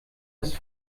ist